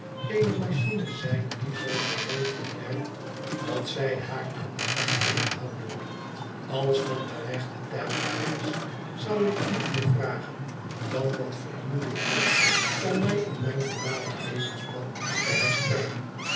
eene machine zijn die zoo geregeld werkt dat zij haar aan den gang kunnen houden als dan de rechte tijd daaris zal ik niet meer vragen dan wat voldoende is om mij in mijn voormalig levenspad te herstellen